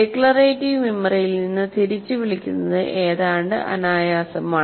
declarative മെമ്മറിയിൽ നിന്ന് തിരിച്ചുവിളിക്കുന്നത് ഏതാണ്ട് അനായാസമാണ്